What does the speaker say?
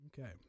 Okay